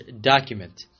document